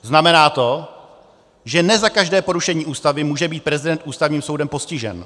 Znamená to, že ne za každé porušení Ústavy může být prezident Ústavním soudem postižen.